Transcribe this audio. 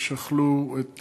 ששכלו את